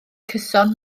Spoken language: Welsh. cyson